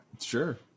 Sure